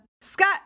Scott